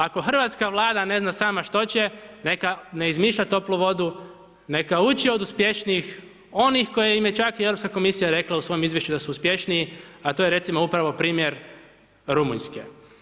Ako hrvatska Vlada ne zna sama što će, neka ne izmišlja toplu vodu, neka uči od uspješnijih, oni kojima je čak i Europska komisija rekla u svoj izvješću da su uspješniji, a to je recimo, upravo primjer Rumunjske.